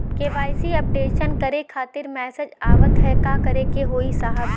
KYC updation करें खातिर message आवत ह का करे के होई साहब?